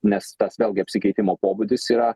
nes tas vėlgi apsikeitimo pobūdis yra